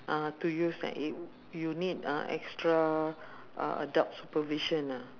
ah to use an i~ you need a extra uh adult supervision ah